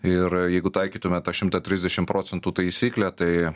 ir jeigu taikytume tą šimtą trisdešim procentų taisyklę tai